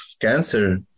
cancer